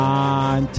on